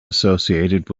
associated